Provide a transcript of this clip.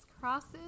crosses